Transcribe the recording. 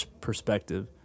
perspective